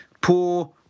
poor